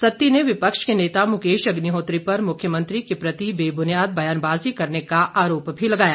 सत्ती ने विपक्ष के नेता मुकेश अग्निहोत्री पर मुख्यमंत्री के प्रति बेब्नियाद बयानबाजी करने का आरोप भी लगाया